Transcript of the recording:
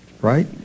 right